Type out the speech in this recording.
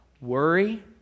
worry